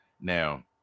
Now